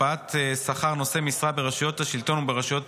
(הקפאת שכר נושאי משרה ברשויות השלטון וברשויות